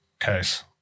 case